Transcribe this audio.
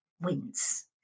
wins